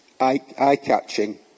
eye-catching